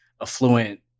affluent